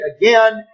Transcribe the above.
again